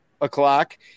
o'clock